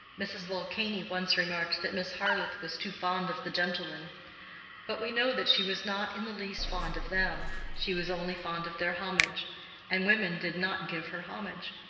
mrs. vulcany once remarked that miss harleth was too fond of the gentlemen but we know that she was not in the least fond of them she was only fond of their homage and women did not give her homage.